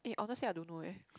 eh honestly I don't know eh